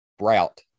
route